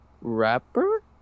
Rapper